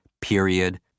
period